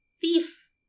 thief